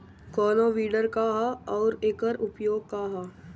कोनो विडर का ह अउर एकर उपयोग का ह?